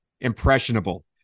impressionable